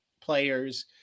players